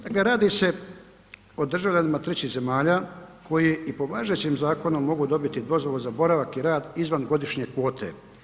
Dakle, radi se o državljanima trećih zemalja koji i po važećem zakonu mogu dobiti dozvolu za boravak i rad izvan godišnje kvote.